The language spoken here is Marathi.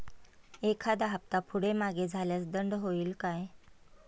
एखादा हफ्ता पुढे मागे झाल्यास दंड होईल काय?